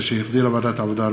הנני מתכבד להודיעכם,